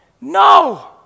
No